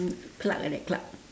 clerk like that clerk